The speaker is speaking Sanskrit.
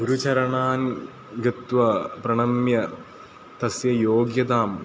गुरुचरणान् गत्वा प्रणम्य तस्य योग्यतां